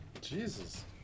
Jesus